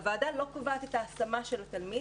הוועדה לא קובעת את ההשמה של התלמיד